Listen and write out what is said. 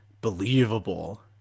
believable